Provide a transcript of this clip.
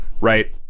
right